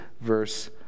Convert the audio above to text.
verse